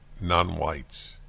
non-whites